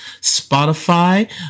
Spotify